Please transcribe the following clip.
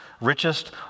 Richest